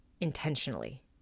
intentionally